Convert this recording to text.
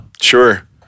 Sure